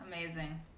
amazing